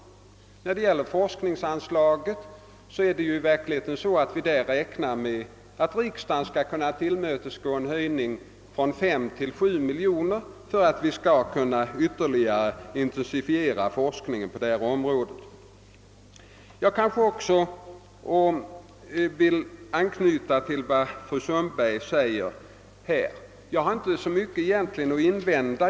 När det gäller forskningsarbetet är det ju i verkligheten så, att vi räknar med att riksdagen skall kunna tillmötesgå önskemålet om en anslagshöjning från 5 till 7 miljoner så att forskningen skall kunna ytterligare intensifieras. Jag vill också anknyta till vad fru Sundberg sade. Egentligen har jag inte så mycket att invända.